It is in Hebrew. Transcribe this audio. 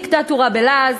דיקטטורה בלעז.